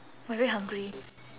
!wah! I very hungry